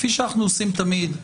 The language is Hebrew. כפי שאנחנו עושים תמיד,